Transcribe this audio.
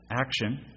action